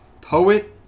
Poet